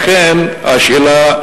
לכן השאלה,